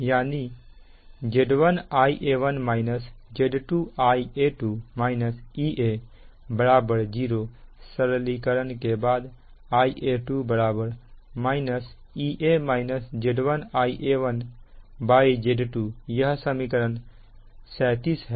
यानी Z1 Ia1 Z2 Ia2 - Ea 0 सरलीकरण के बाद Ia2 यह समीकरण 37 है